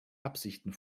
absichten